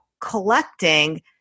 collecting